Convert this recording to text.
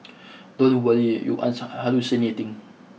don't worry you aren't hallucinating